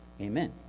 amen